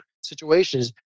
situations